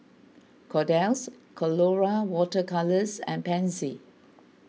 Kordel's Colora Water Colours and Pansy